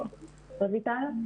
רויטל?